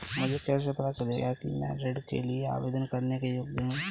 मुझे कैसे पता चलेगा कि मैं ऋण के लिए आवेदन करने के योग्य हूँ?